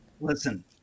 Listen